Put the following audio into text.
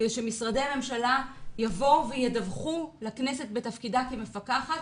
ושמשרדי הממשלה יבואו וידווחו לכנסת בתפקידה כמפקחת